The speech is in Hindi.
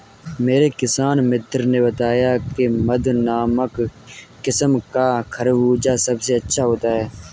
मेरे किसान मित्र ने बताया की मधु नामक किस्म का खरबूजा सबसे अच्छा होता है